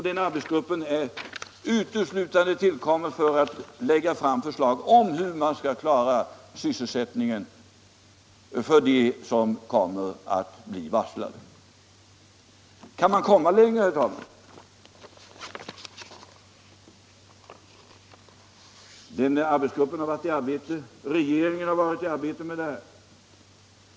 Den arbetsgruppen har tillkommit uteslutande för att lägga fram förslag om hur personalsysselsättningen skall klaras för dem som nu blir varslade. Kan man komma längre, herr talman? Arbetsgruppen har arbetat med detta. Regeringen har arbetat med detta.